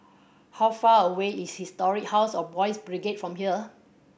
how far away is Historic House of Boys' Brigade from here